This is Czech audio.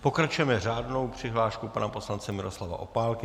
Pokračujeme řádnou přihláškou pana poslance Miroslava Opálky.